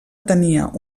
tenia